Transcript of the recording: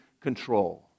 control